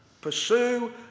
Pursue